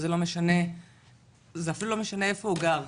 וזה אפילו לא משנה איפה הוא גר.